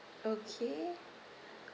okay